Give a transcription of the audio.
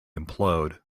implode